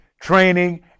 training